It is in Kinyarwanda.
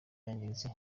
yangiritse